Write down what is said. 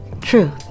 Truth